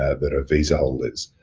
ah that are visa holders.